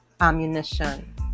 ammunition